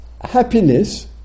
happiness